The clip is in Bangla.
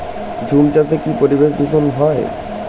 ঝুম চাষে কি পরিবেশ দূষন হয়?